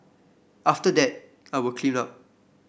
after that I will clean up